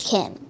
Kim